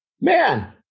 man